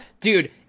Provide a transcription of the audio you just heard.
dude